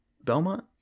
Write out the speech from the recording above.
belmont